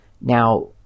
Now